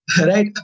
right